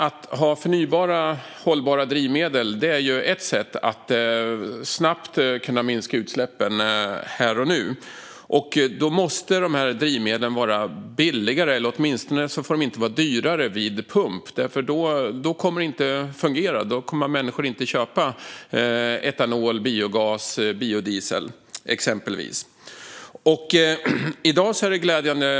Att ha förnybara, hållbara drivmedel är ett sätt att snabbt kunna minska utsläppen här och nu. Då måste dessa drivmedel vara billiga eller åtminstone inte dyrare vid pump. Annars kommer det inte att fungera. Människor kommer inte att köpa exempelvis etanol, biogas eller biodiesel.